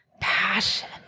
passion